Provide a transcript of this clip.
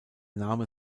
name